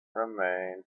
remained